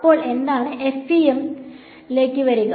അപ്പോൾ നിങ്ങൾ FEM ലേക്ക് വരിക